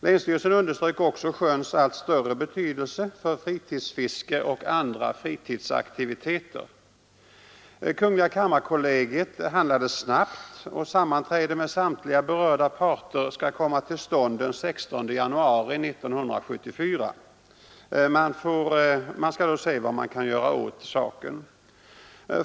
Länsstyrelsen underströk också sjöns allt större betydelse för fritidsfiske och andra fritidsaktiviteter. Kungl. kammarkollegiet handlade snabbt, och sammanträde med samtliga berörda parter skall komma till stånd den 16 januari 1974. Man skall då se vad man kan göra åt saken.